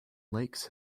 lakes